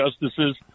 justices